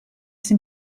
sind